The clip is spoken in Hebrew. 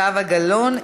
זהבה גלאון,